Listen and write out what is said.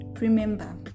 Remember